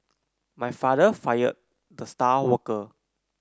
my father fired the star worker